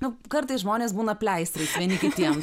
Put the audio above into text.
nu kartais žmonės būna pleistrais vieni kitiems